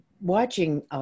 watching